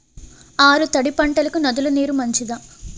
ఆరు తడి పంటలకు నదుల నీరు మంచిదా?